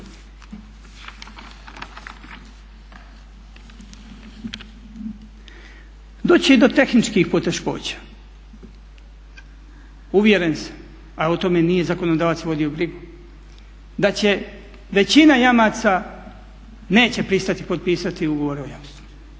Doći će i do tehničkih poteškoća uvjeren sam, a o tome nije zakonodavac vodio brigu, da većina jamaca neće pristati potpisati ugovore o jamstvu.